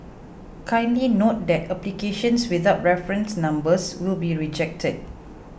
kindly note that applications without reference numbers will be rejected